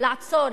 לעצור,